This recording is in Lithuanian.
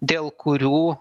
dėl kurių